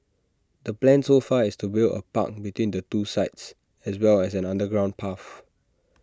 the plan so far is to build A park between the two sites as well as an underground path